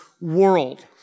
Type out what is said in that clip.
world